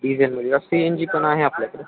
डिझेलमध्ये C N G पण आहे आपल्याकडे